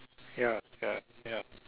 ya ya ya